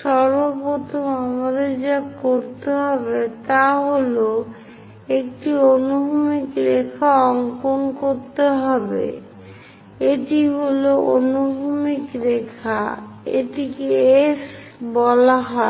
সর্বপ্রথম আমাদের যা করতে হবে তা হল একটি অনুভূমিক রেখা অংকন করতে হবে এটি হল অনুভূমিক রেখা এটি কে S'বলা যাক